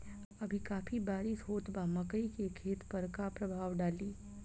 अभी काफी बरिस होत बा मकई के खेत पर का प्रभाव डालि?